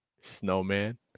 snowman